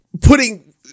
putting